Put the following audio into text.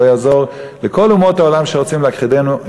לא יעזור לכל אומות העולם שרוצים להכחידנו,